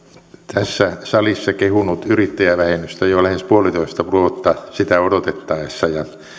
tässä salissa kehunut yrittäjävähennystä jo lähes puolitoista vuotta sitä odotettaessa